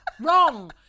Wrong